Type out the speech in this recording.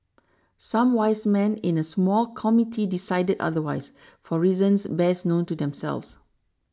some wise men in a small committee decided otherwise for reasons best known to themselves